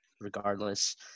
regardless